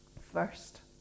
first